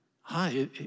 hi